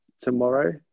tomorrow